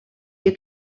you